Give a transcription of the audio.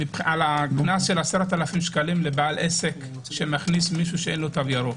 לגבי קנס של 10,000 שקל לבעל עסק שמכניס מישהו שאין לו תו ירוק,